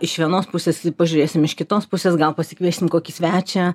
iš vienos pusės pažiūrėsim iš kitos pusės gal pasikviesim kokį svečią